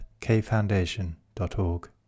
kfoundation.org